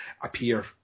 appear